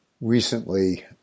Recently